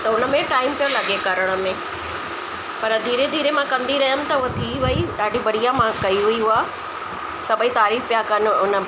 त हुनमें टाइम पियो लॻे करण में पर धीरे धीरे मां कंदी रहियमि त वधी वई ॾाढी बढ़िया मां कई हुई हूअ सभई तारीफ़ पिया कन उन